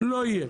לא יהיה.